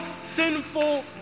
sinful